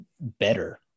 better